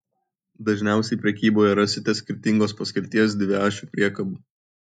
dažniausiai prekyboje rasite skirtingos paskirties dviašių priekabų